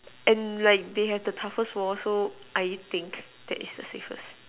and like they have the toughest wall so I think that's the safest